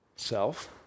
Self